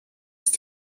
ist